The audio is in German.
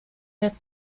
der